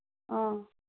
ꯑ